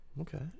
Okay